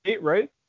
right